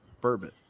bourbon